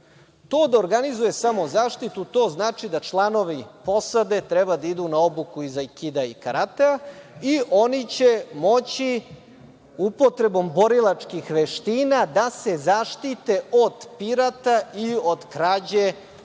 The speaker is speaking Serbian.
da organizuje samozaštitu, to znači da članovi posade treba da idu na obuku iz aikida i karatea i oni će moći upotrebom borilačkih veština da se zaštite od pirata i od krađe